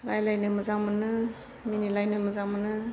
रायज्लायनो मोजां मोनो मिनिलायनो मोजां मोनो